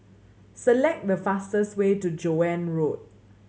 select the fastest way to Joan Road